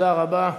תודה רבה.